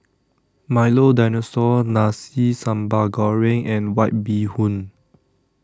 Milo Dinosaur Nasi Sambal Goreng and White Bee Hoon